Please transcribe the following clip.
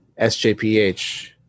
SJPH